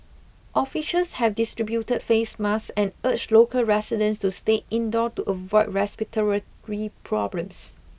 officials have distributed face masks and urged local residents to stay indoor to avoid respiratory problems